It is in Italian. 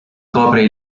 copre